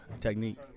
technique